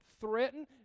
threaten